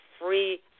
free